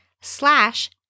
slash